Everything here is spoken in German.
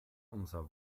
unser